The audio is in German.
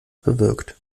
bewirkt